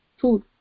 food